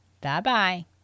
Bye-bye